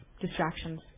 distractions